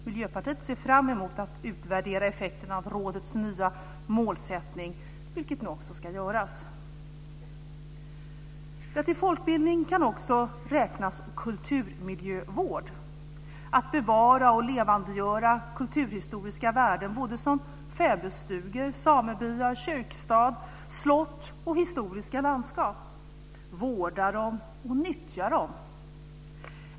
Miljöpartiet ser fram emot att utvärdera effekten av rådets nya målsättning, vilket nu också ska göras. Till folkbildning kan också räknas kulturmiljövård. Det handlar om att bevara och levandegöra kulturhistoriska värden som fäbodstugor, samebyar, kyrkstäder, slott och historiska landskap och att vårda och nyttja dem.